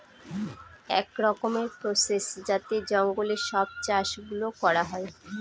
এক রকমের প্রসেস যাতে জঙ্গলে সব চাষ গুলো করা হয়